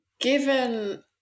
given